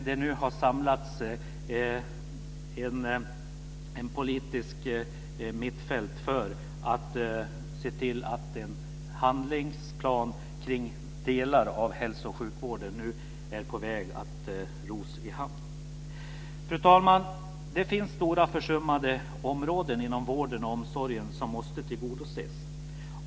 Det har bildats ett politiskt mittfält för att en handlingsplan för delar av hälso och sjukvården ska ros i hamn, vilket är på väg. Fru talman! Det finns stora försummade områden inom vården och omsorgen som måste tillgodoses.